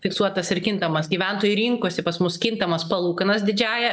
fiksuotas ir kintamas gyventojai rinkosi pas mus kintamas palūkanas didžiąja